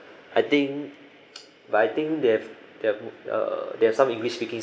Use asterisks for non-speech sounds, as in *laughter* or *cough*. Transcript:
I think *noise* but I think they've they've uh they've some english speaking